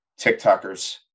TikTokers